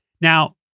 Now